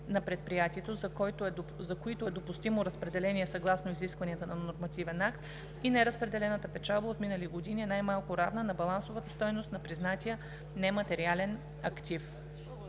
на предприятието, за които е допустимо разпределение съгласно изискванията на нормативен акт, и неразпределената печалба от минали години е най-малко равна на балансовата стойност на признатия нематериален актив.“